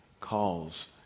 calls